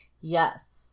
Yes